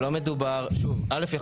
אל"ף,